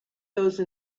those